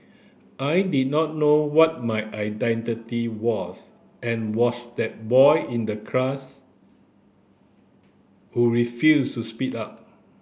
I did not know what my identity was and was that boy in the class who refused to speak up